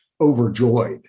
overjoyed